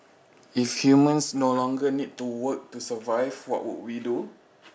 if humans no longer need to work to survive what would we do